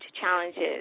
challenges